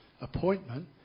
appointment